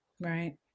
Right